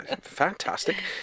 Fantastic